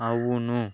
అవును